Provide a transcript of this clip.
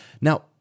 Now